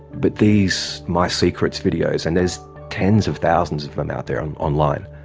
but these my secrets videos, and there's tens of thousands of them out there um online,